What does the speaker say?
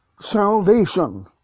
salvation